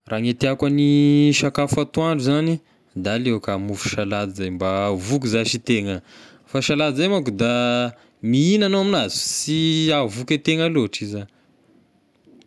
Raha ny tiako hany sakafo atoandro zagny da aleoko a mofo salady zay mba voky zashy e tegna, fa salady zay manko da mihigna agnao amnazy fa sy ahavoky a tegna loatra io zagny.